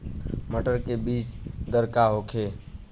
मटर के बीज दर का होखे?